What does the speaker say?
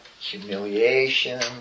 humiliation